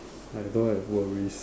I don't have worries